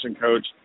coach